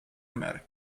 america